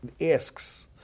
asks